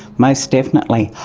most definitely.